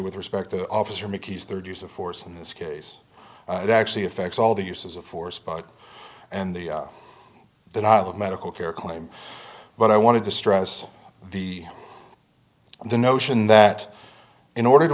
with respect to officer mickeys third use of force in this case it actually affects all the uses of force spot and the denial of medical care claim but i wanted to stress the on the notion that in order to